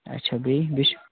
اچھا بیٚیہِ بیٚیہِ چھُ